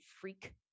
freak